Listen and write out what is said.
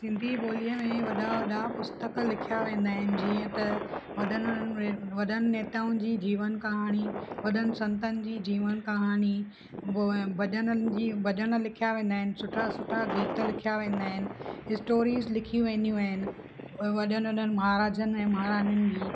हिंदी ॿोलीअ में वॾा वॾा पुस्तक लिखिया वेंदा आहिनि जीअं त वॾनि वॾनि नेताऊं जी जीवन कहाणी वॾनि संतनि जी जीवन कहानी भजननि जी भजन लिखिया वेंदा आहिनि सुठा सुठा गीत लिखिया वेंदा आहिनि स्टोरीस लिखी वेंदियूं आहिनि वॾनि वॾनि महाराजनि ऐं महारानीनि जी